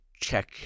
check